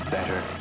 Better